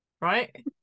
Right